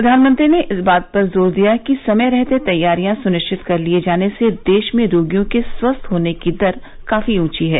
प्रधानमंत्री ने इस बात पर जोर दिया कि समय रहते तैयारियां सुनिश्चित कर लिए जाने से देश में रोगियों के स्वस्थ होने की दर काफी ऊंची है